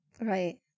Right